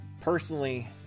Personally